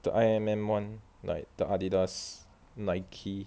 the I_M_M [one] like the adidas nike